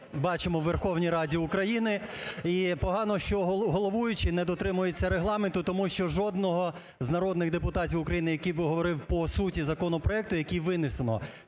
бачимо у Верховній Раді України. І погано, що головуючий не дотримується Регламенту, тому що жодного з народних депутатів України, який би говорив по суті законопроекту, який винесено,